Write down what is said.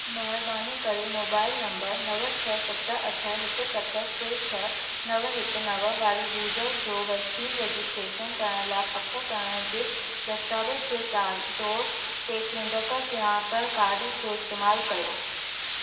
महिरबानी करे mobile number नव छह सत अठ हिकु सत टे छह नव हिकु नव वारे यूज़र जो वैक्सीन रजिस्ट्रेशन करण लाइ पक करण जे दस्तावेज जे तार तौर ते चूंडक सुञाणप कार्ड जो इस्तेमालु कयो